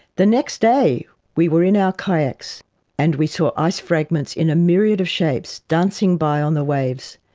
the next day we were in our kayaks and we saw ice fragments in a myriad of shapes dancing by on the waves,